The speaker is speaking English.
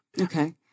Okay